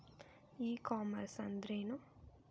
E commerce ಅಂದ್ರೇನು?